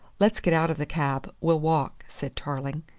let's get out of the cab we'll walk, said tarling.